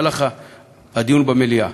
בדיון במליאה.